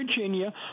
virginia